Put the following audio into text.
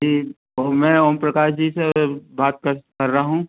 जी वो मैं ओमप्रकाश जी से बात कर कर रहा हूँ